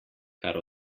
kar